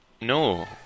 no